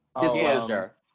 Disclosure